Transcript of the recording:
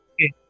okay